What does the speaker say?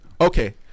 Okay